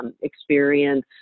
experience